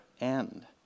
end